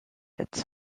its